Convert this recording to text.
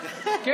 אני שואל,